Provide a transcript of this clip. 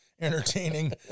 entertaining